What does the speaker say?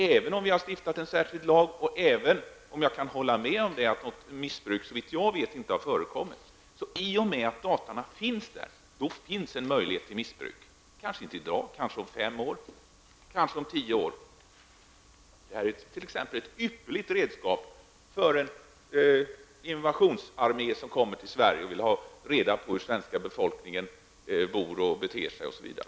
Även om vi har stiftat en särskild lag och även om jag kan hålla med om att det inte har förekommit något missbruk, såvitt jag vet, så finns det en möjlighet till missbruk, så länge dessa data är tillgängliga. Kanske inte i dag, men kanske om fem år eller kanske om tio år. Katalogen är ett ypperligt redskap för en invasionsarmé som kommer till Sverige och vill ha reda på hur svenska befolkningen bor, beter sig osv.